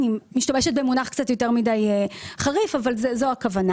אני משתמשת במונח קצת יותר מדי חריף אבל זו הכוונה